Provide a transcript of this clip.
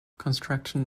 construction